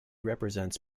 represents